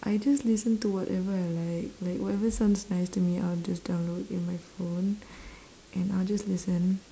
I just listen to whatever I like like whatever sounds nice to me I'll just download in my phone and I'll just listen